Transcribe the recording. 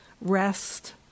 Rest